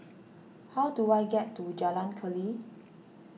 how do I get to Jalan Keli